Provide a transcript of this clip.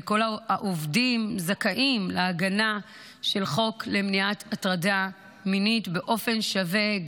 וכל העובדים זכאים להגנה של חוק למניעת הטרדה מינית באופן שווה,